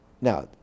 Now